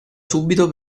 subito